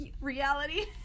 reality